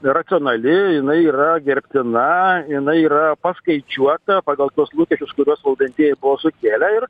racionali jinai yra gerbtina jinai yra paskaičiuota pagal tuos lūkesčius kuriuos valdantieji buvo sukėlę ir